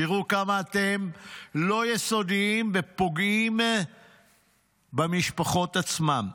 תראו כמה אתם לא יסודיים ופוגעים במשפחות עצמן.